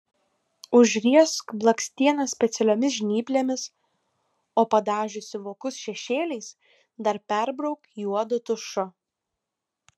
užriesk blakstienas specialiomis žnyplėmis o padažiusi vokus šešėliais dar perbrauk juodu tušu